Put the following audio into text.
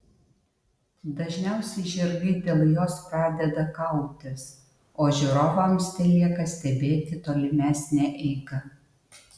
dažniausiai žirgai dėl jos pradeda kautis o žiūrovams telieka stebėti tolimesnę eigą